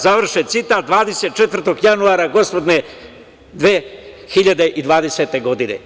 Završen citat, 24. januara gospodnje 2020. godine.